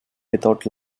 without